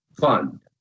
fund